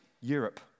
Europe